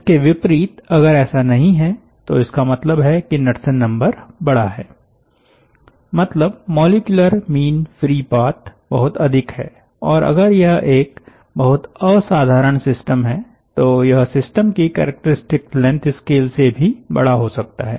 इसके विपरीत अगर ऐसा नहीं है तो इसका मतलब है की नड्सन नंबर बड़ा है मतलब मॉलिक्यूलर मीन फ्री पाथ बहुत अधिक है और अगर यह एक बहुत असाधारण सिस्टम है तो यह सिस्टम की कैरेक्टरिस्टिक लेंथ स्केल से भी बड़ा हो सकता है